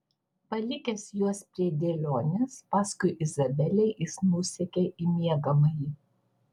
palikęs juos prie dėlionės paskui izabelę jis nusekė į miegamąjį